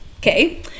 Okay